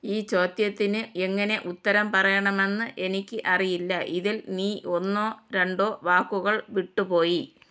ഈ ചോദ്യത്തിന് എങ്ങനെ ഉത്തരം പറയണമെന്ന് എനിക്ക് അറിയില്ല ഇതിൽ നീ ഒന്നോ രണ്ടോ വാക്കുകൾ വിട്ടു പോയി